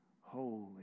holy